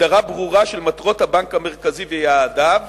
הגדרה ברורה של מטרות הבנק המרכזי ויעדיו